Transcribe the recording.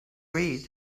read